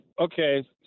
Okay